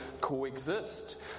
coexist